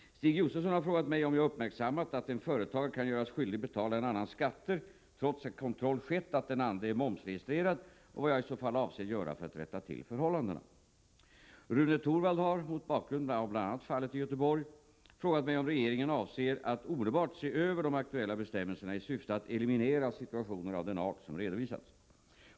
Stig Josefson har frågat mig om jag uppmärksammat att en företagare kan göras skyldig betala en annans skatter, trots att kontroll skett att den andre är momsregistrerad, och vad jag i så fall avser göra för att rätta till förhållandena. Rune Torwald har — mot bakgrund av bl.a. fallet i Göteborg — frågat mig om regeringen avser att omedelbart se över de aktuella bestämmelserna i syfte att eliminera situationer av den art som redovisats.